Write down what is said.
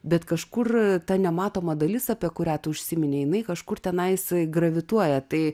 bet kažkur ta nematoma dalis apie kurią tu užsiminei jinai kažkur tenais gravituoja tai